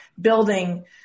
building